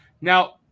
Now